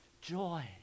joy